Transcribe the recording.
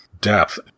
Depth